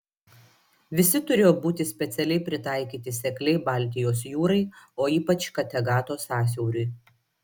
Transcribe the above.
visi turėjo būti specialiai pritaikyti sekliai baltijos jūrai o ypač kategato sąsiauriui